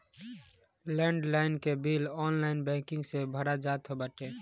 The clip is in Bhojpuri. लैंड लाइन के बिल ऑनलाइन बैंकिंग से भरा जात बाटे